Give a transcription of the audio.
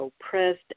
oppressed